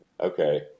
okay